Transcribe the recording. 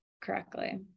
correctly